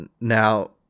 now